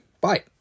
bye